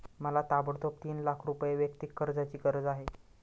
मला ताबडतोब तीन लाख रुपये वैयक्तिक कर्जाची गरज आहे